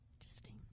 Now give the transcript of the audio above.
Interesting